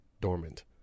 dormant